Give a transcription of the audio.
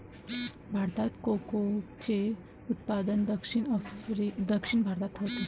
भारतात कोकोचे उत्पादन दक्षिण भारतात होते